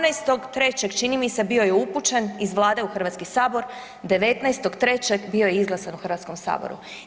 18.3. čini mi se bio je upućen iz Vlade u Hrvatski sabor, 19.3. bio je izglasan u Hrvatskom saboru.